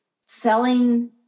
selling